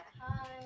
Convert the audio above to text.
hi